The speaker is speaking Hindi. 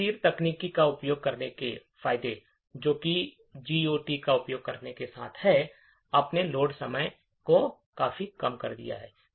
PIC तकनीक का उपयोग करने के फायदे जो कि जीओटी का उपयोग करने के साथ है आपने लोड समय को काफी कम कर दिया है